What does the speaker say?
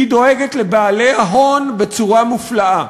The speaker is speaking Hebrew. היא דואגת לבעלי ההון בצורה מופלאה.